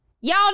Y'all